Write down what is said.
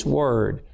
word